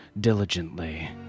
diligently